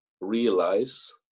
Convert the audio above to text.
realize